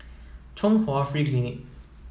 Chung Hwa Free Clinic